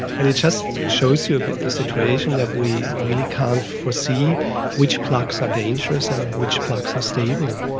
and it just shows you a bit the situation that we really can't foresee which plaques are dangerous and which plaques are stable.